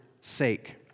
sake